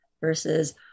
versus